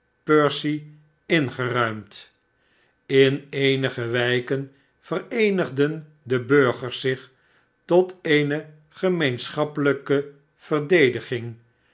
percy ingeruimd in eenige wijken vereenigden de burgers zich tot eene gemeenschappelijke verdediging